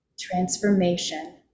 transformation